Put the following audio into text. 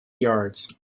yards